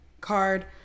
card